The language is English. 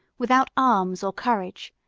without arms or courage,